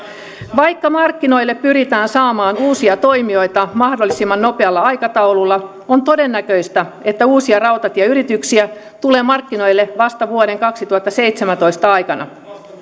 vaikka markkinoille pyritään saamaan uusia toimijoita mahdollisimman nopealla aikataululla on todennäköistä että uusia rautatieyrityksiä tulee markkinoille vasta vuoden kaksituhattaseitsemäntoista aikana